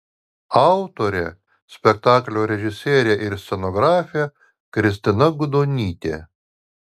autorė spektaklio režisierė ir scenografė kristina gudonytė